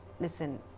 listen